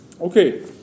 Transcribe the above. Okay